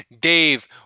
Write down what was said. Dave